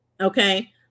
Okay